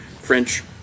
French